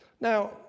Now